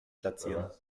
platzieren